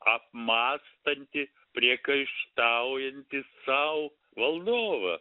apmąstantį priekaištaujantį sau valdovą